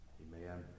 amen